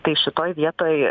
tai šitoj vietoj